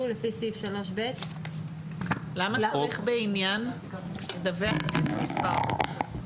לפי סעיף 3ב לחוק למניעת אלימות במשפחה כנוסחו בחוק זה.